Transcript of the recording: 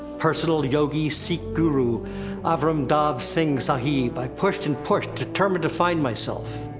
personal yogi sikh guru avram dahb singh sahib. i pushed and pushed, determined to find myself.